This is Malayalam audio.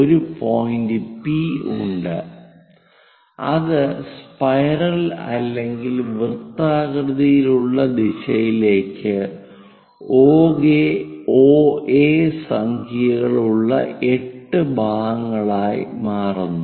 ഒരു പോയിന്റ് P ഉണ്ട് അത് സ്പൈറൽ അല്ലെങ്കിൽ വൃത്താകൃതിയിലുള്ള ദിശയിലേക്ക് OA സംഖ്യകളുള്ള 8 ഭാഗങ്ങളായി മാറുന്നു